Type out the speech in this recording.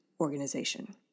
organization